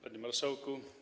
Panie Marszałku!